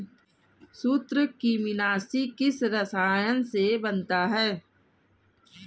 सूत्रकृमिनाशी किस रसायन से बनता है?